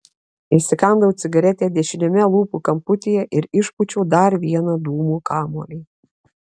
įsikandau cigaretę dešiniame lūpų kamputyje ir išpūčiau dar vieną dūmų kamuolį